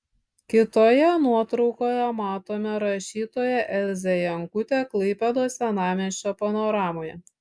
kitoje nuotraukoje matome rašytoją elzę jankutę klaipėdos senamiesčio panoramoje